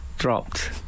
Dropped